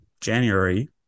January